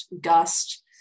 Gust